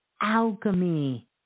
alchemy